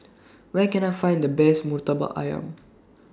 Where Can I Find The Best Murtabak Ayam